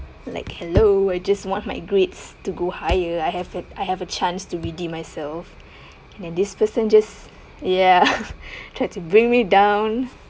like hello I just want my grades to go higher I have a I have a chance to redeem myself and this person just ya try to bring me down